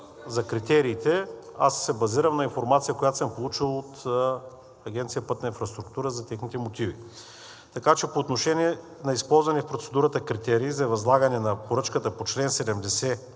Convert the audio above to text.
за критериите, аз се базирам на информация, която съм получил от Агенция „Пътна инфраструктура“, за техните мотиви. Така че по отношение на използваните в процедурата критерии за възлагане на поръчката по чл. 70